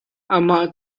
amah